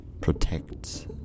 protects